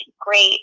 great